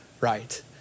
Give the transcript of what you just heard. right